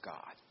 God